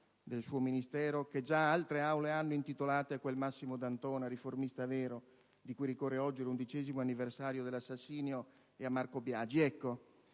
del suo Ministero che altre aule ha già intitolato a quel Massimo D'Antona, riformista vero, di cui ricorre oggi l'11º anniversario dell'assassinio, e a Marco Biagi. Ecco,